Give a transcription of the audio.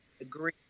agree